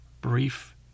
brief